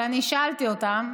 אבל אני שאלתי אותם,